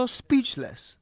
speechless